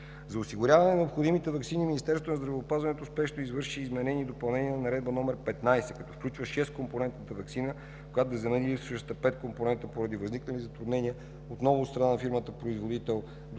За осигуряване на необходимите ваксини Министерството на здравеопазването спешно извърши изменение и допълнение на Наредба № 15, като включва шесткомпонентната ваксина, която да замени липсващата петкомпонентна. Поради възникнали затруднения отново от страна на фирмата производител